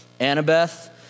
Annabeth